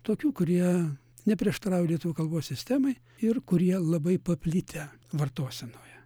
tokių kurie neprieštarauja lietuvių kalbos sistemai ir kurie labai paplitę vartosenoje